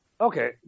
Okay